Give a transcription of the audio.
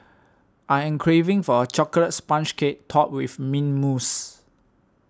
I am craving for a Chocolate Sponge Cake Topped with Mint Mousse